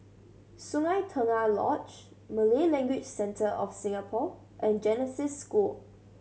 Sungei Tengah Lodge Malay Language Centre of Singapore and Genesis School